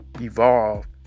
evolve